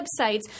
websites